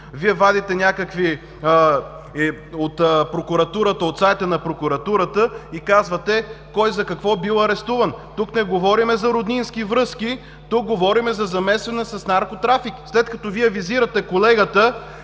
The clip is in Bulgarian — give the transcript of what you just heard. Вие вадите някакви от сайта на прокуратурата и казвате кой за какво бил арестуван. Тук не говорим за роднински връзки, тук говорим за замесени с наркотрафик. След като Вие визирате двамата